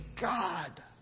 God